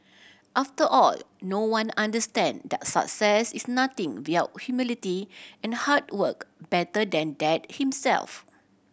after all no one understand that success is nothing without humility and hard work better than Dad himself